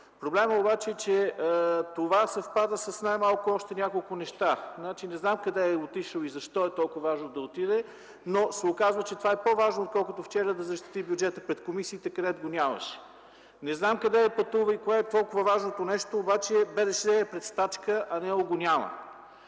проблемът обаче е, че това съвпада най-малко с още няколко неща. Не знам къде е отишъл и защо е толкова важно да отиде, но се оказва, че това е по-важно, отколкото вчера да защити бюджета пред комисиите, където го нямаше. Не знам къде пътува и кое е толкова важното нещо, обаче БДЖ е пред стачка, а него го няма!